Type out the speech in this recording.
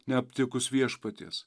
neaptikus viešpaties